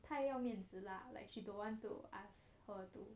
太要面子 lah like she don't want to ask her to